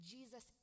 Jesus